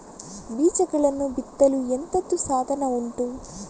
ಬೀಜಗಳನ್ನು ಬಿತ್ತಲು ಎಂತದು ಸಾಧನ ಉಂಟು?